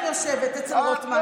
שעות אני יושבת אצל רוטמן.